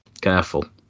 Careful